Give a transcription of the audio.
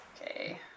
Okay